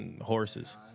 Horses